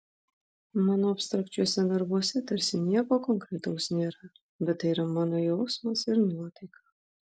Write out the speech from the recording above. mano abstrakčiuose darbuose tarsi nieko konkretaus nėra bet tai yra mano jausmas ir nuotaika